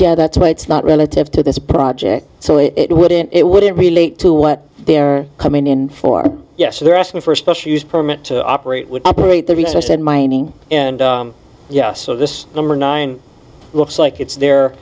yeah that's why it's not relative to this project so it wouldn't it wouldn't relate to what they're coming in for yes they're asking for a special use permit to operate would operate the research and mining and yes this number nine looks like it's there